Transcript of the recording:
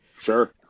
Sure